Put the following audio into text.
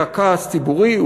היה כעס ציבורי,